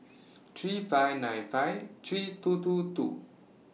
three five nine five three two two two